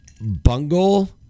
bungle